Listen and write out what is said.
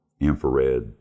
infrared